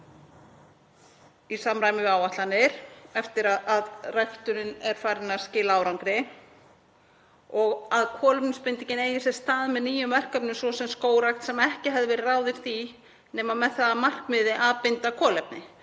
í samræmi við áætlanir eftir að ræktunin er farin að skila árangri og að kolefnisbindingin eigi sér stað með nýjum verkefnum, svo sem skógrækt, sem ekki hefði verið ráðist í nema með það að markmiði að binda kolefni.